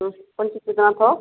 कौन चीज़ कितना थोक